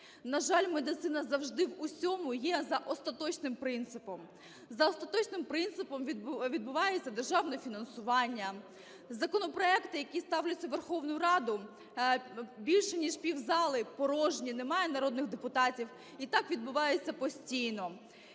На жаль, медицина завжди в усьому є за остаточним принципом: за остаточним принципом відбувається державне фінансування; законопроекти, які ставляться в Верховну Раду… більше ніж півзали порожні, немає народних депутатів. І так відбувається постійно.